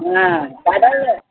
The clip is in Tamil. ம் கடல்